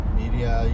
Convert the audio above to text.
media